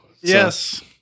Yes